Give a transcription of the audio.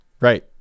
Right